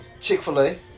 Chick-fil-A